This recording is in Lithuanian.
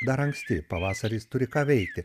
dar anksti pavasaris turi ką veikti